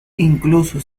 incluso